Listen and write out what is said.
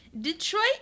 Detroit